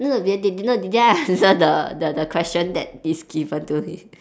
no no the the the ya ya the the question that is given to you